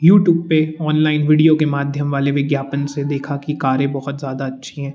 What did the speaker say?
YouTube पर online video के माध्यम वाले विज्ञापन से देखा कि कारें बहुत ज़्यादा अच्छी हैं